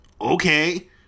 okay